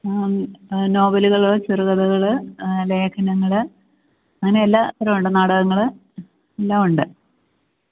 ഉം നോവലുകള് ചെറുകഥകള് ലേഖനങ്ങള് അങ്ങനെ എല്ലാതരവുമുണ്ട് നാടകങ്ങള് എല്ലാമുണ്ട്